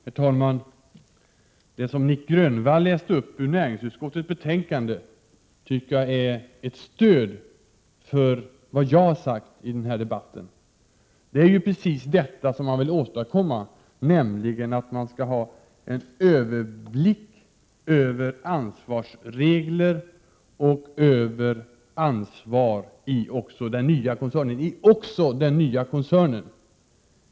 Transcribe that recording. Herr talman! Det som Nic Grönvall läste upp ur näringsutskottets betänkande är ett stöd för vad jag har sagt i denna debatt. Det är precis detta vi ville åstadkomma, nämligen en överblick över ansvarsregler och ansvar också i den nya koncernen.